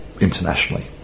internationally